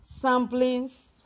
samplings